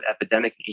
epidemic